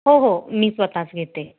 हो हो मी स्वतःच घेते